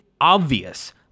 obvious